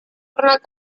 pernah